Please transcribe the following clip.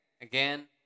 Again